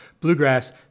bluegrass